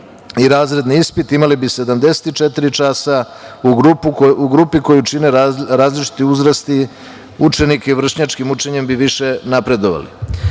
i razredni ispit ima li bi 74 časa u grupi koju čine različiti uzrasti učenika i vršnjačkim učenjem bi više napredovali. Važno